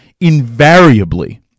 invariably